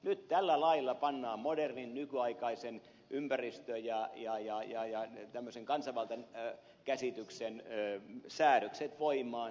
nyt tällä lailla pannaan modernin nykyaikaisen ympäristön ja kansanvallan käsityksen säädökset voimaan